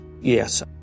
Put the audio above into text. Yes